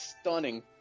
stunning